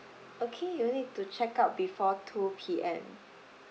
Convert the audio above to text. okay you will need to check out before two P_M